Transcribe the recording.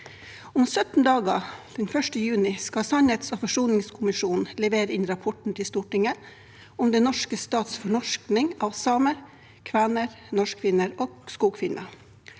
Om 17 dager, den 1. juni, skal sannhets- og forsoningskommisjonen levere sin rapport til Stortinget om den norske stats fornorsking av samer, kvener, norskfinner og skogfinner.